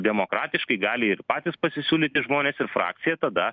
demokratiškai gali ir patys pasisiūlyti žmonės ir frakcija tada